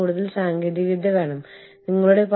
കൂടാതെ firm Z ഒരു ആഭ്യന്തര സ്ഥാപനമാണ്